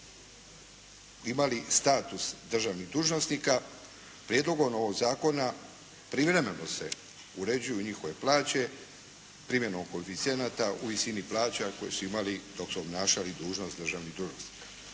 imali status državnih dužnosnika. Prijedlogom ovog zakona privremeno se uređuju njihove plaće primjenom koeficijenata u visini plaća koje su imali dok su obnašali dužnost državnih dužnosnika.